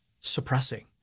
suppressing